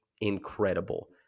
incredible